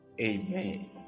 amen